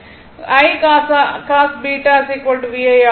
I cos β v i ஆகும்